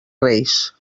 reis